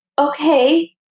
okay